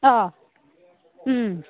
অঁ